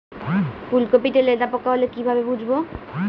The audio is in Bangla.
ফুলকপিতে লেদা পোকা হলে কি ভাবে বুঝবো?